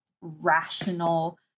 rational